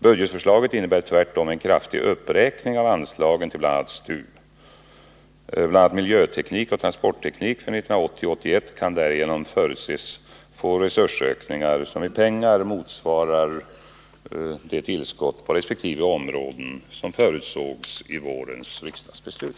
Budgetförslaget innebär tvärtom en kraftig uppräkning av anslagen till bl.a. STU. BI. a. kan miljöteknik och transportteknik för 1980/81 därigenom förutses få resursökningar som i pengar motsvarar de tillskott på resp. områden som förutsågs i vårens riksdagsbeslut.